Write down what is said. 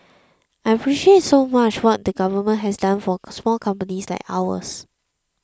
I appreciate so much what the government has done for small companies like ours